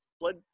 blood